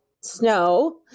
snow